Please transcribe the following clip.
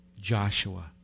Joshua